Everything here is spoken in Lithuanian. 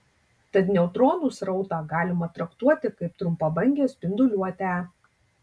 tad neutronų srautą galima traktuoti kaip trumpabangę spinduliuotę